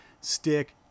stick